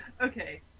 Okay